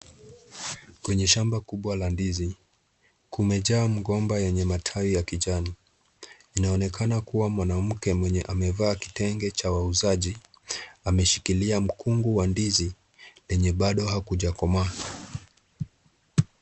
Kwenye shamba kubwa la ndizi kumejaa mgomba wenye matawi ya kijani. Inaonekana kuwa mwanamke mwenye amevaa kitenge cha wauzaji ameshikilia mkungu wa ndizi wenye bado haujakomaa.